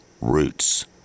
roots